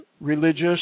religious